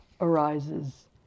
arises